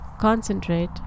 concentrate